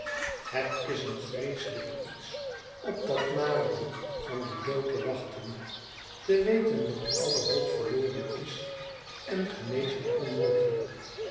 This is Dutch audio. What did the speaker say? het is een vreeselijk iets op dat naderen van den dood te wachten te weten dat alle hoop verloren is en genezing onmogelijk